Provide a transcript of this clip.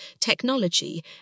technology